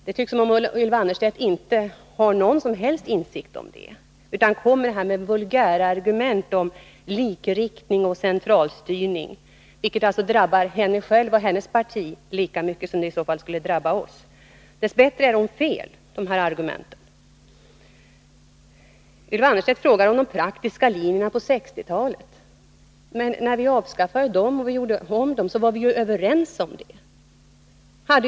Det tycks som om Ylva Annerstedt inte har någon som helst insikt om det, utan hon för här fram vulgärargument om likriktning och centralstyrning — vilket alltså drabbar henne själv och hennes parti lika mycket som det eventuellt skulle drabba oss. Dess bättre är argumenten felaktiga. Ylva Annerstedt frågar om de praktiska linjerna på 1960-talet. Men när riksdagen avskaffade och gjorde om dem var vi ju överens om att göra det!